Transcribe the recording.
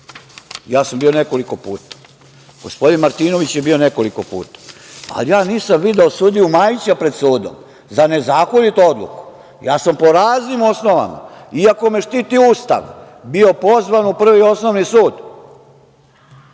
Ja sam bio nekoliko puta. Gospodin Martinović je bio nekoliko puta, ali nisam video sudiju Majića pred sudom za nezakonitu odluku. Ja sam po raznim osnovama iako me štiti Ustav, bio pozvan u Prvi osnovni sud